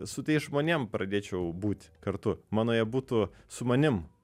su tais žmonėm pradėčiau būt kartu mano jie būtų su manim